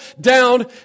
down